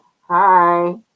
Hi